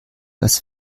das